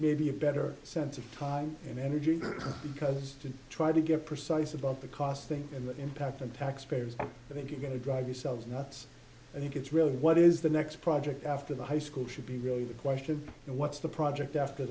maybe a better sense of time and energy because to try to get precise about the cost thing and the impact on taxpayers i think you're going to drive yourselves nuts i think it's really what is the next project after the high school should be really the question and what's the project after